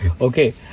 Okay